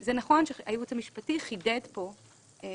זה נכון שהייעוץ המשפטי חידד פה את